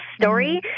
story